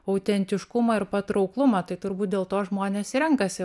autentiškumą ir patrauklumą tai turbūt dėl to žmonės renkasi